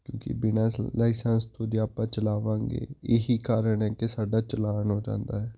ਕਿਉਂਕਿ ਬਿਨਾਂ ਸ ਲਾਈਸੈਂਸ ਤੋਂ ਜੇ ਆਪਾਂ ਚਲਾਵਾਂਗੇ ਇਹ ਹੀ ਕਾਰਨ ਹੈ ਕਿ ਸਾਡਾ ਚਲਾਣ ਹੋ ਜਾਂਦਾ ਹੈ